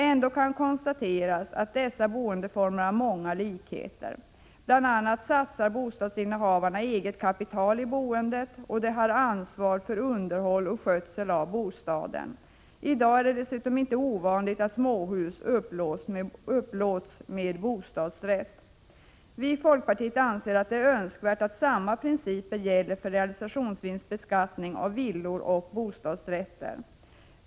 Ändå kan det konstateras att dessa boendeformer har många likheter — även bostadsrättsinnehavarna satsar eget kapital i boendet och har ansvar för underhåll och skötsel av bostaden. I dag är det dessutom inte ovanligt att småhus upplåts med bostadsrätt. Vi i folkpartiet anser att det är önskvärt att samma principer gäller för realisationsvinstsbeskattning av såväl villor som bostadsrätter.